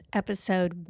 episode